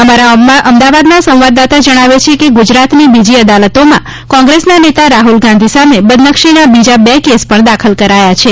અમારા અમદાવાદના સંવાદદાતા જણાવે છે કે ગુજરાતની બીજી અદાલતોમાં કોંગ્રેસના નેતા રાહુલ ગાંધી સામે બદનક્ષીના બીજા બે કેસ પણ દાખલ કરાયા છે